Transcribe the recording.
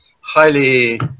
highly